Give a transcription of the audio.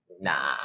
Nah